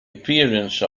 appearance